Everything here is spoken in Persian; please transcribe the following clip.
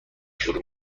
شروع